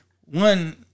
one